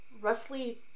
Roughly